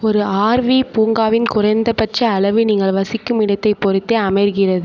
ஒரு ஆர்வி பூங்காவின் குறைந்தபட்ச அளவு நீங்கள் வசிக்கும் இடத்தைப் பொறுத்தே அமைகிறது